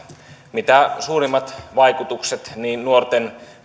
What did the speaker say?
mitä suurimmat vaikutukset niin nuorten